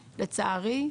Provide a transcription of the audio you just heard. לצערי,